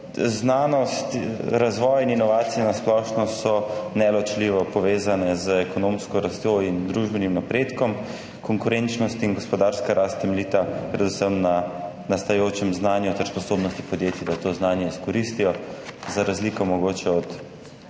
znanost, razvoj in inovacije na splošno so neločljivo povezane z ekonomsko rastjo in družbenim napredkom. Konkurenčnost in gospodarska rast temeljita predvsem na nastajajočem znanju ter sposobnosti podjetij, da to znanje izkoristijo, za razliko mogoče od manj